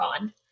on